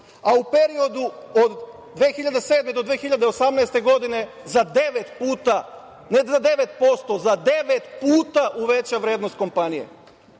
a u periodu od 2007. do 2018. godine za devet puta, ne za 9%, nego za devet puta uveća vrednost kompanije?